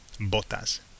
Botas